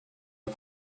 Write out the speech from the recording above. her